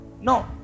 No